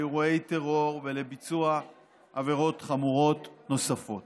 לאירועי טרור ולביצוע עבירות חמורות נוספות.